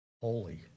holy